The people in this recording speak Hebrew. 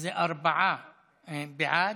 אז זה ארבעה בעד,